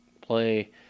play